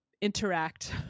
interact